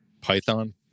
Python